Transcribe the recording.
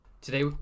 Today